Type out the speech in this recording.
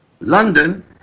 London